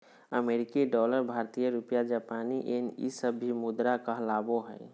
अमेरिकी डॉलर भारतीय रुपया जापानी येन ई सब भी मुद्रा कहलाबो हइ